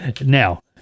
Now